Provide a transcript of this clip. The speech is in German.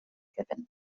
gewinnen